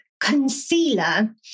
concealer